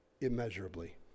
immeasurably